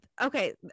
okay